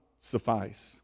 suffice